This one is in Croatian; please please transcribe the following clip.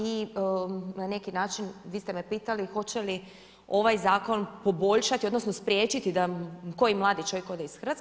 I na neki način vi ste me pitali hoće li ovaj zakon poboljšati odnosno spriječiti da koji mladi čovjek ode iz Hrvatske.